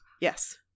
yes